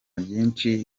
byinshi